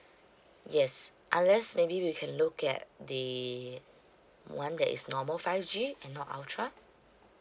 yes unless maybe we can look at the one that is normal five G and not ultra